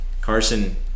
Carson